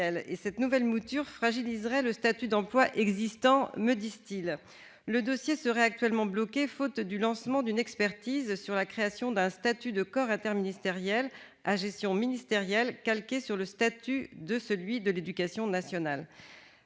et cette nouvelle mouture fragiliserait le statut d'emploi existant, me disent-ils. Le dossier serait actuellement bloqué faute du lancement d'une expertise sur la création d'un statut de corps interministériel à gestion ministérielle calqué sur le statut de celui de l'éducation nationale.